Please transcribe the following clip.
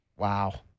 Wow